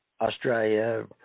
Australia